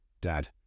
Dad